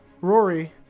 Rory